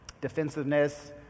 defensiveness